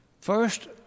first